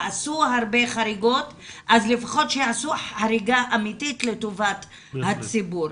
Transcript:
עשו הרבה חריגות אז לפחות שיעשו חריגה אמיתית לטובת הציבור.